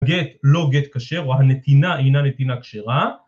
גט, לא גט כשר, או הנתינה אינה נתינה כשרה